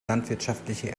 landwirtschaftliche